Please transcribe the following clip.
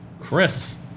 Chris